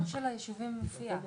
הרשימה של הישובים מופיעה.